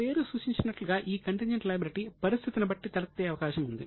పేరు సూచించినట్లుగా ఈ కంటింజెంట్ లయబిలిటీ పరిస్థితిని బట్టి తలెత్తే అవకాశం ఉంది